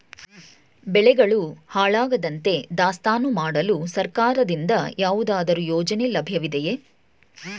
ಬೆಳೆಗಳು ಹಾಳಾಗದಂತೆ ದಾಸ್ತಾನು ಮಾಡಲು ಸರ್ಕಾರದಿಂದ ಯಾವುದಾದರು ಯೋಜನೆ ಲಭ್ಯವಿದೆಯೇ?